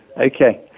okay